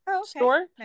store